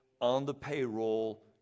on-the-payroll